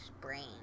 brain